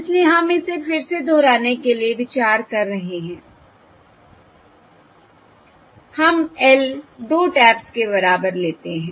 इसलिए हम इसे फिर से दोहराने के लिए विचार कर रहे हैं हम L 2 टैप्स के बराबर लेते हैं